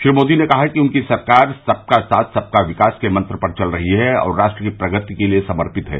श्री मोदी ने कहा कि उनकी सरकार सबका साथ सबका विकास के मंत्र पर चल रही है और राष्ट्र की प्रगति के लिए समर्पित है